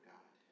God